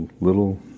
little